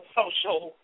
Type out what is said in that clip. social